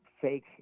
fake